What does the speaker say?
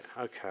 okay